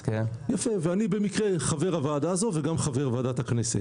ואני במקרה חבר הוועדה הזאת וגם חבר ועדת הכנסת.